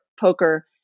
poker